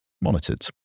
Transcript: monitored